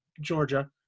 Georgia